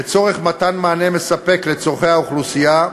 לצורך מתן מענה מספק לצורכי האוכלוסייה.